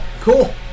Cool